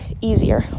easier